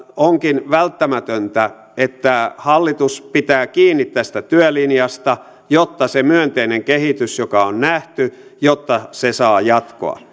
onkin välttämätöntä että hallitus pitää kiinni tästä työlinjasta jotta se myönteinen kehitys joka on nähty saa jatkoa